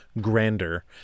grander